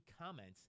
comments